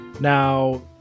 Now